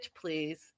please